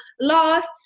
lost